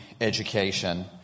education